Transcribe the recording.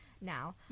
now